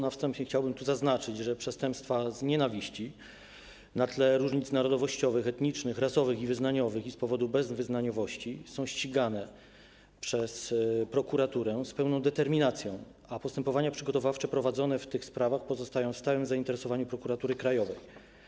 Na wstępie chciałbym zaznaczyć, że przestępstwa z nienawiści na tle różnic narodowościowych, etnicznych, rasowych i wyznaniowych i z powodu bezwyznaniowości są ścigane przez prokuraturę z pełną determinacją, a postępowania przygotowawcze prowadzone w tych sprawach pozostają przedmiotem stałego zainteresowania Prokuratury Krajowej.